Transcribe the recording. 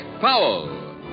Powell